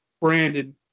Brandon